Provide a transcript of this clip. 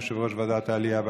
יושב-ראש ועדת העלייה והקליטה.